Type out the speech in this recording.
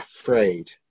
afraid